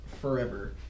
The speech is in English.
forever